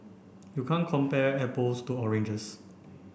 you can't compare apples to oranges